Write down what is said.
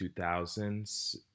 2000s